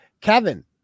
Kevin